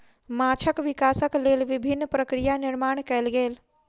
माँछक विकासक लेल विभिन्न प्रक्रिया निर्माण कयल गेल